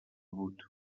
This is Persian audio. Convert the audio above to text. بود